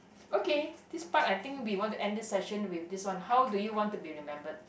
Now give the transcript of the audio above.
okay this part I think we want to end this session with this one how do you want to be remembered